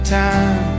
time